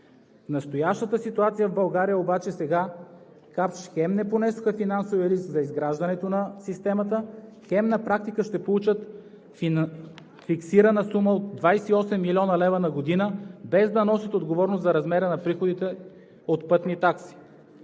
настоящата ситуация в България обаче сега „Капш“ хем не понесоха финансовия риск за изграждането на системата, хем на практика ще получат фиксирана сума от 22 млн. лв. на година, без да носят отговорност за размера на приходите от пътни такси.